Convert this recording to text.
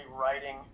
writing